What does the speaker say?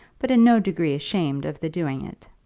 but in no degree ashamed of the doing it.